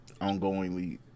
Ongoingly